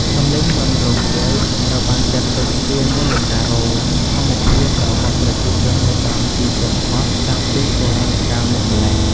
សំឡេងសត្វមាន់រងាវ ត្រូវបានចាត់ទុកជា នាឡិការោទ៍ ធម្មជាតិរបស់ប្រជាជននៅតាមទីជនបទតាំងពីបុរាណកាលមកម្ល៉េះ។